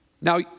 Now